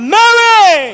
Mary